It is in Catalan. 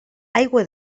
aigua